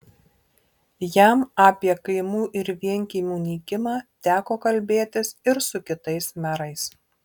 jam apie kaimų ir vienkiemių nykimą teko kalbėtis ir su kitais merais